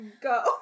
go